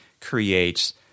creates